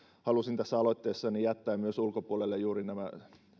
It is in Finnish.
halusin tässä aloitteessani jättää ulkopuolelle juuri nämä